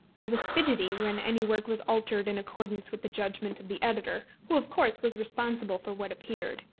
i was fidgety when any word was altered in accordance with the judgment of the editor, who, of course, was responsible for what appeared.